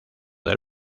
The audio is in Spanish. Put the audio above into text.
del